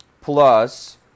plus